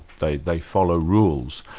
they they follow rules.